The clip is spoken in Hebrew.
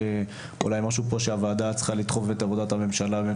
אולי זה משהו שהוועדה צריכה לדחוף את עבודת הממשלה לגביו,